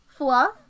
Fluff